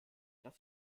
das